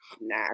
Nah